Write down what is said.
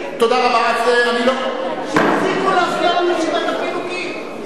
תפסיקו להפתיע ברשימת הפינוקים.